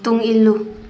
ꯇꯨꯡ ꯏꯜꯂꯨ